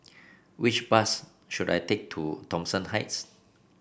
which bus should I take to Thomson Heights